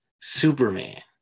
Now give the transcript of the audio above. Superman